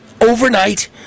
overnight